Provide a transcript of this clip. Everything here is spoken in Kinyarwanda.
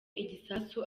igisasu